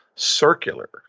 circular